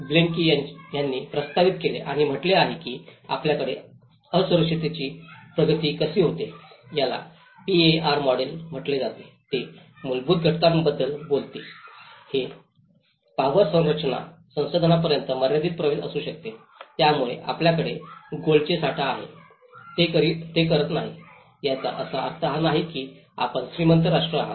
Blaikie यांनी प्रस्तावित केले आणि म्हटले आहे की आपल्याकडे असुरक्षिततेची प्रगती कशी होते याला पीएआर मॉडेल म्हटले जाते ते मूलभूत घटकांबद्दल बोलते हे पॉवर संरचना संसाधनांपर्यंत मर्यादित प्रवेश असू शकते त्यामुळे आपल्याकडे गोल्डचे साठा आहे ते करत नाही याचा अर्थ असा नाही की आपण श्रीमंत राष्ट्र आहात